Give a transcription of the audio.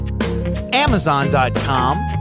Amazon.com